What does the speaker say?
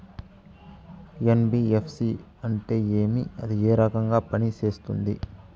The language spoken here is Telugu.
ఎన్.బి.ఎఫ్.సి అంటే ఏమి అది ఏ రకంగా పనిసేస్తుంది